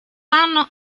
anno